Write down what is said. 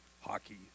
hockey